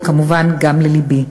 וכמובן גם ללבי.